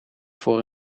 voor